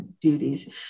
duties